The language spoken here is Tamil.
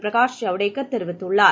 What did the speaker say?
பிரகாஷ் ஜவடேகர் தெரிவித்துள்ளார்